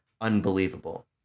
unbelievable